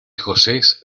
josés